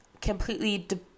completely